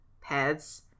pads